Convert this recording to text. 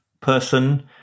person